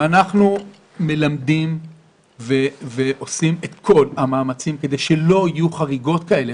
אנחנו מלמדים ועושים את כל המאמצים כדי שלא יהיו חריגות כאלה,